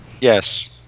yes